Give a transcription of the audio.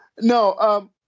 No